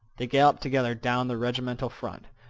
they galloped together down the regimental front.